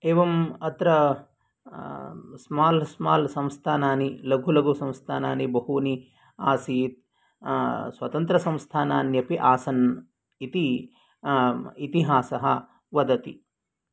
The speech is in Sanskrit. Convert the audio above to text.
एवम् अत्र स्माल् स्माल् संस्थानानि लघुलघुसंस्थानानि बहूनि आसीत् स्वतन्त्रसंस्थानान्यपि आसन् इति इतिहासः वदति